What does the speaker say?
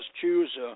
choose